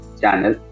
channel